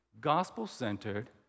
gospel-centered